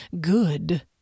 good